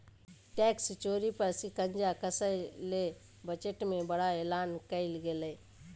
tax चोरी पर शिकंजा कसय ले बजट में बड़ा एलान कइल गेलय